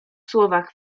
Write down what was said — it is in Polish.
słowach